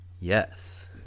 Yes